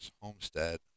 homestead